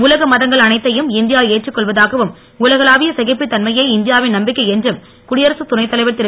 உலக மதங்கள் அனைத்தையும் இந்தியா ஏற்றுக் கொள்வதாகவும் உலகளாவிய சகிப்பு தன்மையே இந்தியாவின் நம்பிக்கை என்றும் குடியரசுத் துணைத் தலைவர் திரு